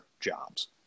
jobs